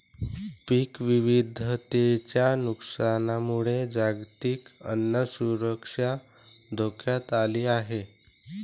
पीक विविधतेच्या नुकसानामुळे जागतिक अन्न सुरक्षा धोक्यात आली आहे